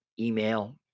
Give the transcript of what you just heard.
email